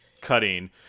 cutting